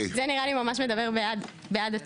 זה נראה לי ממש מדבר בעד עצמו.